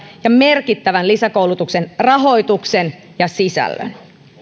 ja merkittävän lisäkoulutuksen rahoituksen ja sisällön